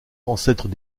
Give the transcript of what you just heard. ancêtres